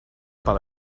par